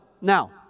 Now